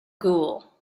ghoul